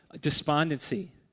despondency